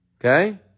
Okay